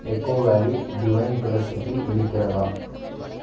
echo Valley Divine Tulsi tea இருக்கிறதா